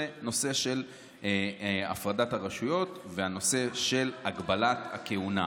הנושא של הפרדת הרשויות והנושא של הגבלת הכהונה,